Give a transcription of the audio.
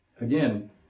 again